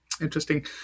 interesting